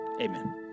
Amen